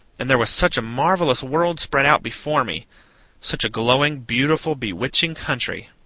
and there was such a marvellous world spread out before me such a glowing, beautiful, bewitching country.